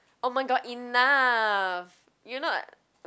oh-my-god enough you not